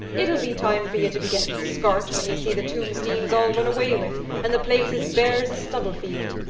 it'll be time for ye to be getting scart when ye see the tombsteans all run away with, and the place as bare as a stubble-field.